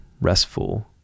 restful